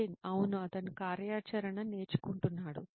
నితిన్ అవును అతను కార్యాచరణ నేర్చుకుంటున్నాడు